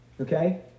okay